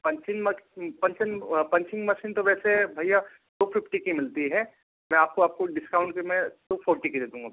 punching मस punching machine तो वैसे भैया टू फिफ्टी की मिलती है मैं आपको आपको डिस्काउंट पर मैं टू फोट्टी की दे दूँगा भैया